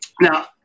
Now